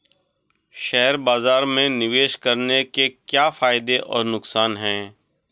Share बाज़ार में निवेश करने के क्या फायदे और नुकसान हैं?